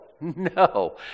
no